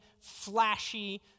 flashy